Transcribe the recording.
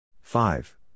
five